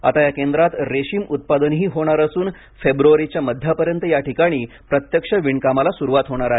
आता या केंद्रात रेशीम उत्पादनही होणार असून फेब्रुवारीच्या मध्यापर्यंत या ठिकाणी प्रत्यक्ष विणकामाला सुरुवात होणार आहे